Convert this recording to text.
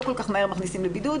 לא כל כך מהר מכניסים לבידוד.